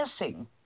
missing